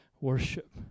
worship